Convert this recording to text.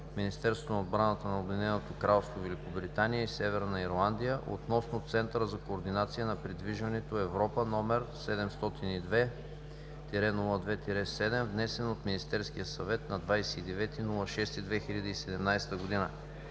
Министерството на отбраната на Обединеното кралство Великобритания и Северна Ирландия относно Центъра за координация на придвижването „Европа”, № 702-02-7, внесен от Министерския съвет на 29 юни 2017 г.